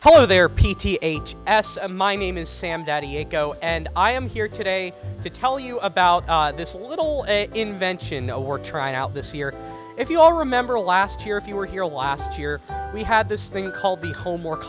hello there p t h s a my name is sam dowdy ago and i am here today to tell you about this little invention or try it out this year if you all remember last year if you were here last year we had this thing called the home or